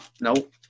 Nope